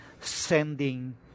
sending